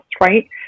right